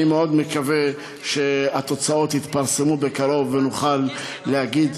אני מאוד מקווה שהתוצאות יתפרסמו בקרוב ונוכל להגיד: